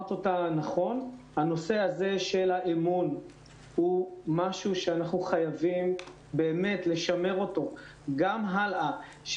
שאמרת נכון הנושא של האמון הוא משהו שאנחנו חייבים לשמר גם לעתיד